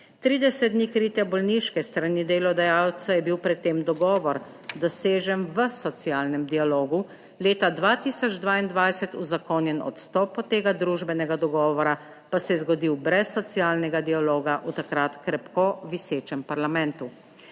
30 dni kritja bolniške s strani delodajalca je bil pred tem dogovor, dosežen v socialnem dialogu leta 2022, uzakonjen, odstop od tega družbenega dogovora pa se je zgodil brez socialnega dialoga. V takrat krepko visečem parlamentu.